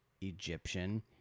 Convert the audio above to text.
Egyptian